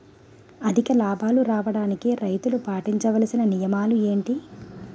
అధిక లాభాలు రావడానికి రైతులు పాటించవలిసిన నియమాలు ఏంటి